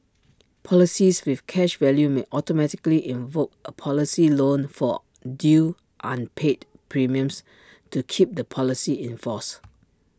policies with cash value may automatically invoke A policy loan for due unpaid premiums to keep the policy in force